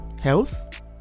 health